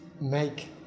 make